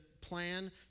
plan